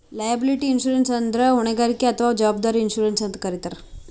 liability insurance ಅಂದ್ರ ಹೊಣೆಗಾರಿಕೆ ಅಥವಾ ಜವಾಬ್ದಾರಿ ಇನ್ಶೂರೆನ್ಸ್ ಅಂತ್ ಕರಿತಾರ್